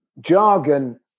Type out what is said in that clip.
jargon